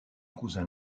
cousin